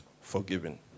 forgiven